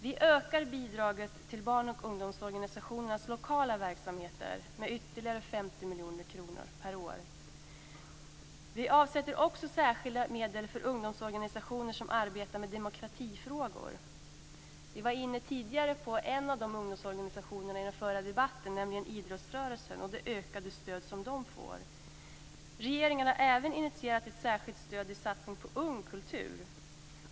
Vi ökar bidraget till barn och ungdomsorganisationernas lokala verksamheter med ytterligare 50 miljoner kronor per år. Vi avsätter särskilda medel för ungdomsorganisationer som arbetar med demokratifrågor. I förra debatten här i dag var vi inne på en av de ungdomsorganisationerna, nämligen idrottsrörelsen, och på det ökade stöd som den får. Regeringen har även initierat ett särskild stöd i form av en satsning på Ung Kultur.